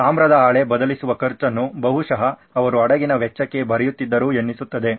ತಾಮ್ರದ ಹಳೆ ಬದಲಿಸುವ ಖರ್ಚನ್ನು ಬಹುಶಃ ಅವರು ಹಡಗಿನ ವೆಚ್ಚಕ್ಕೆ ಬರೆಯುತ್ತಿದ್ದರು ಎನ್ನಿಸುತ್ತದೆ